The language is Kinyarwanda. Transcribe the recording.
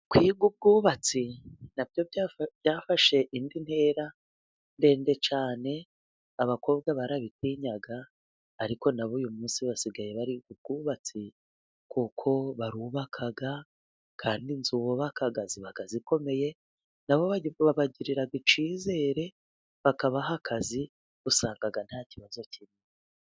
Kwiga ubwubatsi na byo byafashe indi ntera ndende cyane. Abakobwa barabitinyaga, ariko na bo uyu munsi basigaye bari mu bwubatsi kuko barubaka, kandi inzu bubaka ziba zikomeye. Na bo babagirira icyizere bakabaha akazi, usanga nta kibazo kinini.